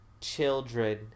children